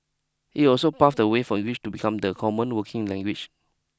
it also paved the way for English to become the common working language